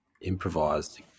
improvised